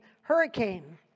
Hurricane